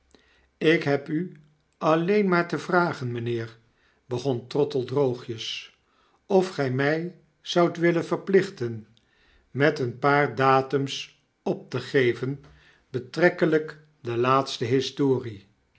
jk heb u alleen maar te vragen mijnheer begon trottle droogjes of gij mij zoudt willen verplichten met een paar datums op te geyen betrekkelijk de laatste historie